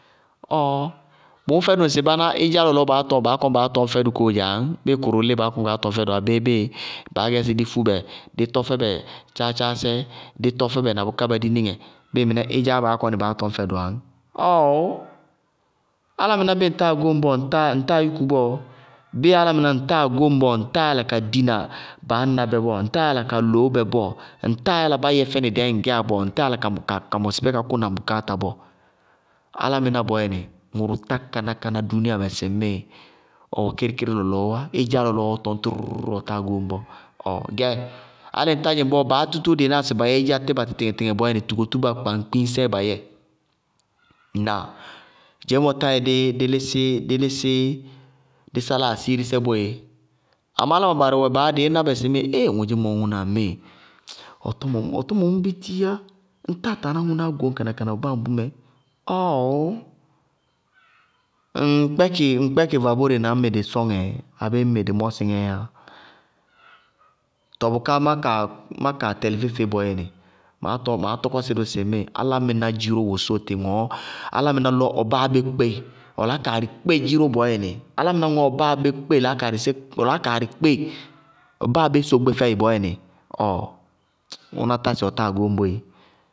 Ɔɔɔɔ!!! Bʋ mʋ fɛdʋ ŋsɩ báná, ɩdzá lɔlɔɔ bánáá tɔñ baá kɔnɩ baá tɔñ fɛdʋ kóoo dzɛ añ? Bɩɩ kʋrʋ lɩɩ baá kɔnɩ baá tɔñ fɛdʋ abéé bɩɩ baá gɛ sɩ dɩ fú bɛ, dɩ tɔ fɛbɛ tcháátcháásɛ, dɩ tɔ fɛbɛ na bʋká bá tu nɩŋɛ, bɩɩ mɩnɛ ɩdzáá baá kɔnɩ baá tɔñ fɛdʋ añ? Ɔɔɔɔɔɔw! Álámɩná bɩɩ ŋtáa góŋ bɔɔ ŋtáa yúku bɔɔ. Bɩɩ álámɩná, ŋtáa góŋ bɔɔ, ŋtáa yála ka dina baá ñna bɛ bɔɔ, ŋtáa yála ka loó bɛ bɔɔ, ŋtáa yála bá yɛ fɛnɩ dɛɛ ŋŋgɛyá bɔɔ, ŋtáa yála ka mɔsɩ bɛ kʋna ŋ bʋkááta bɔɔ. Álámɩná bɔɔyɛ ŋʋrʋ tá kaná-kaná dúúniamɛ sɩŋmɩɩ ɔ wɛ kɩrɩrɩrɩ lɔlɔɔ wá, ɩdzá lɔlɔɔɔ ɔɔ tɔñ ɔ táa góŋ bɔɔ. Gɛ álɩ ñŋ tá dzɩŋ bɔɔ baá tútútútú dɩɩ náa sɩ na yɛ ɩdzá tɩba tɩtɩŋɛ tɩtɩŋɛ bɔɔyɛ, tugotúba kpaŋ-kpiñsɛɛ ba yɛɛ. Ŋnáa? Dzeémɔ tá yɛ lɩsɩ dɩ sálá asiirisɛ boé, áláma barɩ wɛ baá dɩɩ ná bɛ sɩ: eeee! Ŋodzémɔ ŋʋná ŋmɩɩ, ʋ tɔmɔɔ ʋ tɔmɔɔ wɛmʋ bútiiyá. Ŋtáa taa ná ŋʋnáá goñ kánákáná bɔɔ, báa ambʋmɛ. Ɔɔɔɔɔʋ! Ŋ kpɛkɩ vabóre na ñ mɩ dɩ sɔŋɛ abéé ñ mɩ nɔsɩŋɛɛyáa? Tɔɔ bʋká má kaa tɛlɩ feé-feé bɔɔyɛnɩ maá tɔkɔsɩ fʋsɩ álámɩná dziró wosóotɩ ŋɔɔ álámɩná lɔ ɔ báa bé kpée, ʋ laákaarɩsɛ kpé dziró bɔɔyɛnɩ, álámɩná mʋ ɔ báa bé kpée ɔ laákaarɩsɛ kpée, ʋ báabé sogbé fɛɩ bɔɔyɛnɩ, ŋʋná tá sɩ bʋtáa góŋ boéé.